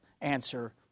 answer